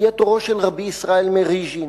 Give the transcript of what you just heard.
הגיע תורו של רבי ישראל מרוז'ין.